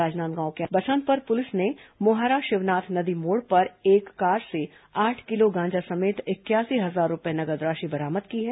राजनादगांव जिले में बसंतपुर पुलिस ने मोहारा शिवनाथ नदी मोड़ पर एक कार से आठ किलो गांजा समेत इकयासी हजार रूपये नगद राशि बरामद की है